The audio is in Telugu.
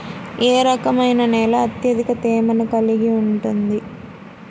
ఏ రకమైన నేల అత్యధిక తేమను కలిగి ఉంటుంది?